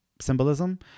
symbolism